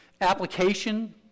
application